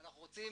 אנחנו רוצים